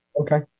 Okay